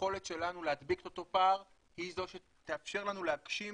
היכולת שלנו להדביק את אותו פער היא זו שתאפשר לנו להגשים